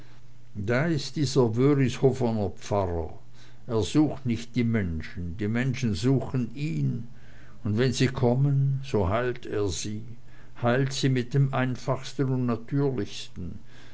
da ist dieser wörishofener pfarrer er sucht nicht die menschen die menschen suchen ihn und wenn sie kommen so heilt er sie heilt sie mit dem einfachsten und natürlichsten